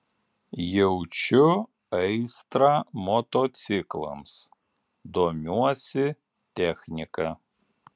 jaučiu aistrą motociklams domiuosi technika